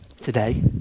today